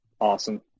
Awesome